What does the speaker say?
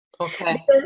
Okay